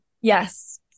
Yes